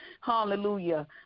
Hallelujah